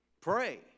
pray